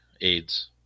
aids